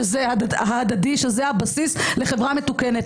שזה הבסיס לחברה מתוקנת.